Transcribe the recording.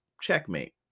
checkmate